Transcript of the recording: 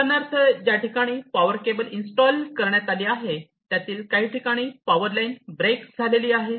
उदाहरणार्थ ज्या ठिकाणी पावर केबल इन्स्टॉल करण्यात आली आहे आहे त्यातील काही ठिकाणी पावर लाईन ब्रेक झाली आहे